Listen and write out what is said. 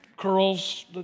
curls